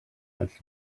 als